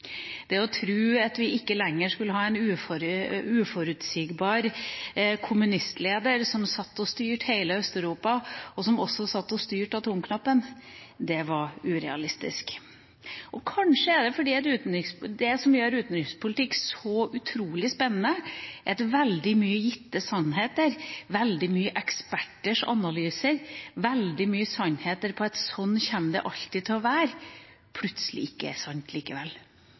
Det å tro at vi ikke lenger skulle ha en uforutsigbar kommunistleder som satt og styrte hele Øst-Europa, og som også satt og styrte atomknappen, var urealistisk. Kanskje er det det som gjør utenrikspolitikk så utrolig spennende, at veldig mange gitte sannheter, veldig mange eksperters analyser, veldig mange sannheter om at sånn kommer det alltid til å være, plutselig ikke er sant likevel.